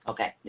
Okay